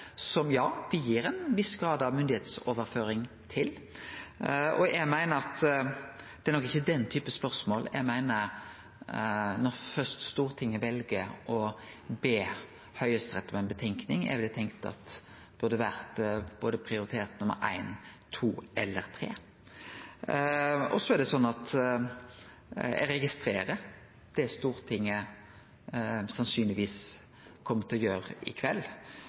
som ja, gir ein viss grad av myndighetsoverføring. Eg meiner at det er nok ikkje den typen spørsmål, når Stortinget først vel å be Høgsterett om ei utgreiing, eg meiner burde ha vore prioritet nummer éin, to eller tre. Eg registrerer det Stortinget sannsynlegvis kjem til å gjere i